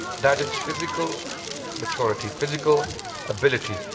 that is physical maturity. physical ability.